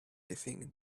think